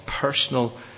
personal